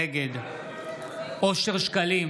נגד אושר שקלים,